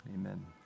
amen